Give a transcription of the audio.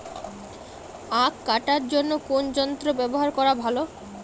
আঁখ কাটার জন্য কোন যন্ত্র ব্যাবহার করা ভালো?